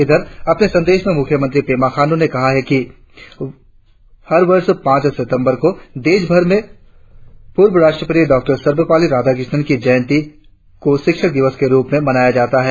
इधर अपने संदेश में मुख्यमंत्री पेमा खाण्डु ने कहा कि हर वर्ष पांच सितंबर को देशभर में पूर्व राष्ट्रपति डॉ सर्वपल्ली राधाकृष्ण की जयंती को शिक्षक दिवस के रुप में मनाया जाता है